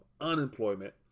unemployment